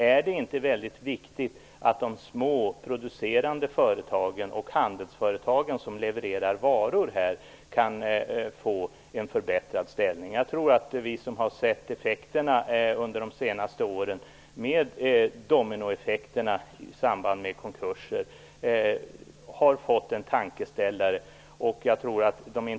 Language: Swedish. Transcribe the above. Är det inte viktigt att de små producerande företagen och de handelsföretag som levererar varor kan få en förbättrad ställning? Jag tror att vi som har sett dominoeffekterna under de senaste åren i samband med konkurser har fått en tankeställare.